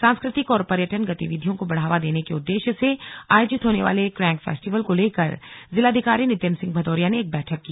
सांस्कृतिक और पर्यटन गतिविधियों को बढ़ावा देने के उद्देश्य से आयोजित होने वाले क्रैंक फेस्टिवल को लेकर जिलाधिकारी नितिन सिंह भदौरिया ने एक बैठक की